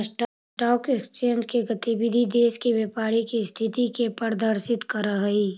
stock exchange के गतिविधि देश के व्यापारी के स्थिति के प्रदर्शित करऽ हइ